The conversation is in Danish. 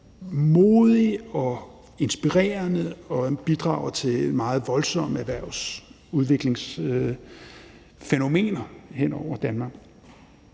modig og inspirerende og bidrager til meget voldsomme erhvervsudviklingsfænomener hen over Danmark.